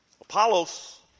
Apollos